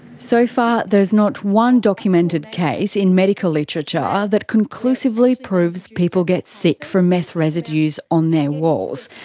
so far, there's not one documented case in medical literature that conclusively proves people get sick from meth residues on their walls.